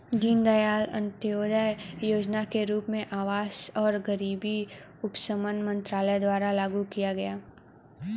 दीनदयाल अंत्योदय योजना के रूप में आवास और गरीबी उपशमन मंत्रालय द्वारा लागू किया जाएगा